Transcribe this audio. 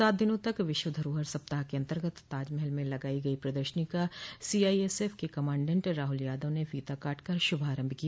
सात दिनों तक विश्व धरोहर सप्ताह के अन्तर्गत ताजमहल में लगाई गई प्रदर्शनी का सीआईएसएफ के कमांडेंड राहुल यादव ने फीता काट कर शुभारम्भ किया